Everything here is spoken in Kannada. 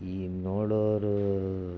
ಈ ನೋಡೋರು